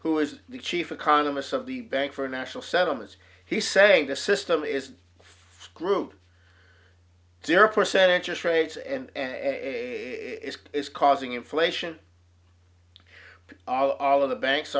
who is the chief economist of the bank for national settlements he's saying the system is for group zero percent interest rates and it is causing inflation all of the banks